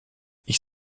ich